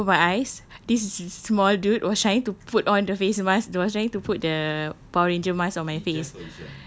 and when I open my eyes this is small dude was trying to put on the face mask was trying to put the power ranger mask on my face